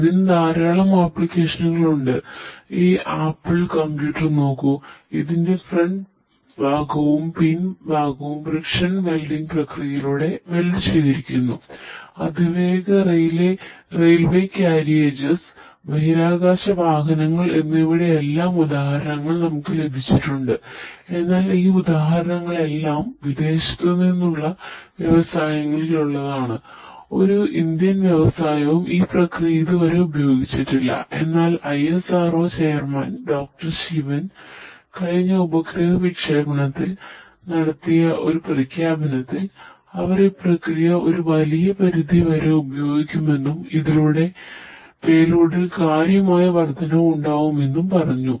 ഇതിനു ധാരാളം ആപ്ലിക്കേഷനുകൾ കാര്യമായ വർദ്ധനവ് ഉണ്ടാവുമെന്നും പറഞ്ഞു